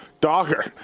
Dogger